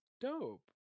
dope